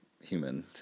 human